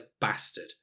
bastard